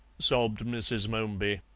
sobbed mrs. momeby.